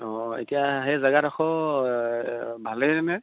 অঁ এতিয়া সেই জেগাডোখৰ ভালেইনে